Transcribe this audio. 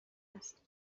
است